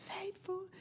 faithful